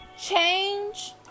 change